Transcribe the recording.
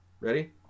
Ready